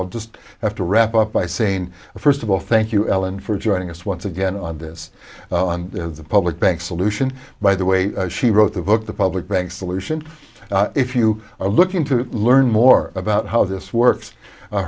i just have to wrap up by saying first of all thank you ellen for joining us once again on this on the public bank solution by the way she wrote the book the public bank solution if you are looking to learn more about how this works